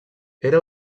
era